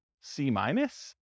C-minus